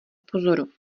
pozoru